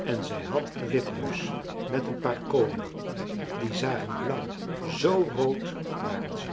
en zij had een wipneus met een paar koonen die zagen blauw z rood waren ze